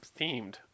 themed